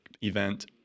event